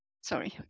sorry